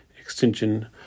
Extension